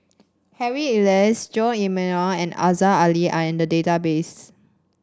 Harry Elias Jose D'Almeida and Aziza Ali are in the database